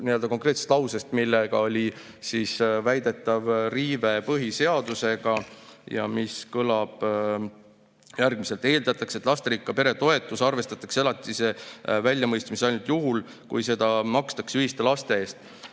konkreetsest lausest, milles oli väidetav riive põhiseadusega ja mis kõlab järgmiselt: "Eeldatakse, et lasterikka pere toetust arvestatakse elatise väljamõistmisel ainult juhul, kui seda makstakse ühiste laste eest."